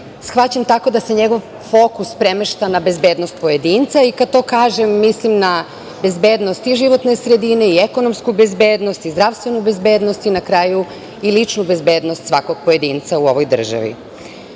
shvaćen tako da se njegov fokus premešta na bezbednost pojedinca i kad to kažem mislim na bezbednost i životne sredine i ekonomsku bezbednost i zdravstvenu bezbednost i na kraju i ličnu bezbednost svakog pojedinca u ovoj